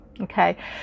okay